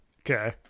Okay